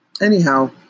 Anyhow